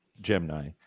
Gemini